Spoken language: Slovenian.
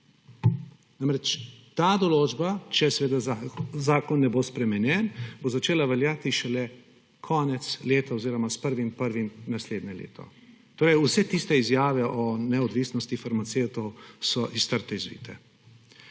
ta določa, če zakon ne bo spremenjen, bo začela veljati šele konec leta oziroma s 1. 1. naslednje leto. Torej so vse tiste izjave o neodvisnosti farmacevtov iz trte zvite.